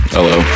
Hello